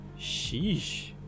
Sheesh